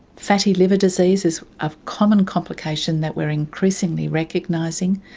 fatty liver disease is a common complication that we're increasingly recognising.